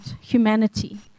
humanity